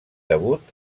debut